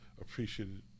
appreciated